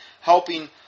helping